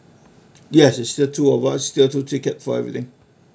yes it's the two of us still two ticket for everything